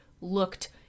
looked